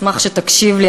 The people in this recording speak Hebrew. אשמח אם תקשיב לי.